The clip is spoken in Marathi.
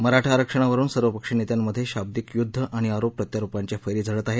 मराठा आरक्षणावरुन सर्वपक्षीय नेत्यांमध्ये शाब्दिक युद्ध आणि आरोप प्रत्यारोपांच्या फैरी झडत आहेत